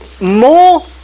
more